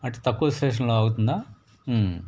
అటు తక్కువ స్టేషన్లో ఆగుతుందా